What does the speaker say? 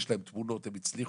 יש להם תמונות, הם הצליחו.